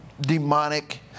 demonic